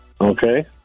Okay